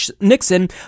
Nixon